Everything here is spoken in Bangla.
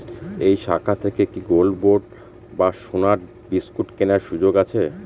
এই শাখা থেকে কি গোল্ডবন্ড বা সোনার বিসকুট কেনার সুযোগ আছে?